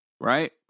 right